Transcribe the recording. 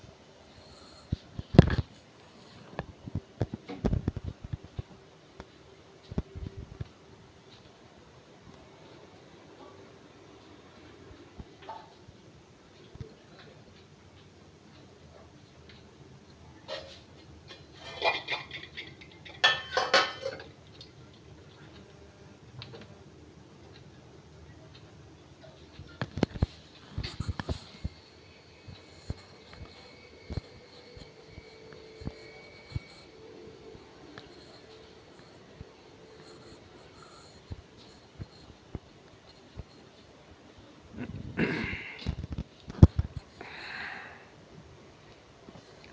इंसान के कोय भी दान निस्वार्थ भाव से करना चाहियो